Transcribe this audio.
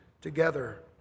together